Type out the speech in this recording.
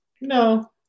No